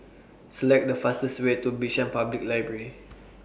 Select The fastest Way to Bishan Public Library